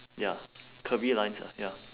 ya curvy lines ah ya